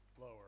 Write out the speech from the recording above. lower